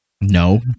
No